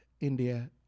India